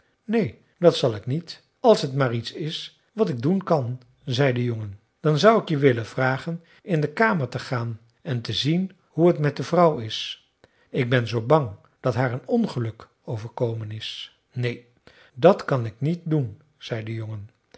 neen dat zal ik niet als t maar iets is wat ik doen kan zei de jongen dan zou ik je willen vragen in de kamer te gaan en te zien hoe het met de vrouw is ik ben zoo bang dat haar een ongeluk overkomen is neen dat kan ik niet doen zei de jongen